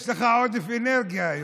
יש לך עודף אנרגיה היום.